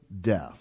death